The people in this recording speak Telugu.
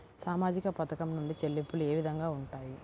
సామాజిక పథకం నుండి చెల్లింపులు ఏ విధంగా ఉంటాయి?